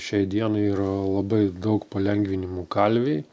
šiai dienai yra labai daug palengvinimų kalviai